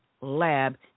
lab